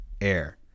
air